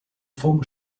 former